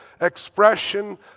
expression